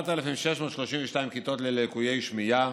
7,632 כיתות ללקויי שמיעה,